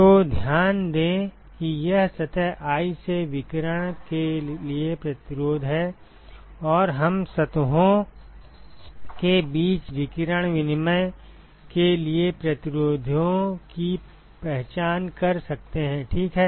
तो ध्यान दें कि यह सतह i से विकिरण के लिए प्रतिरोध है और हम सतहों के बीच विकिरण विनिमय के लिए प्रतिरोधों की पहचान कर सकते हैं ठीक है